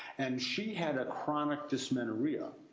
and she had a chronic dysmenorrhea.